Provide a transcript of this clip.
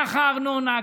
ככה הארנונה,